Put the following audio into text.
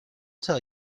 tell